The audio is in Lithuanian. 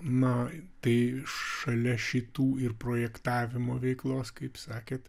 na tai šalia šitų ir projektavimo veiklos kaip sakėt